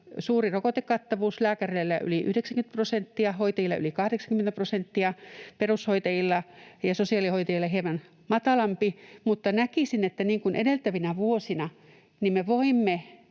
suuri rokotekattavuus — lääkäreillä yli 90 prosenttia, hoitajilla yli 80 prosenttia, perushoitajilla ja sosiaalihoitajilla hieman matalampi — mutta näkisin, että niin kuin edeltävinä vuosina me voimme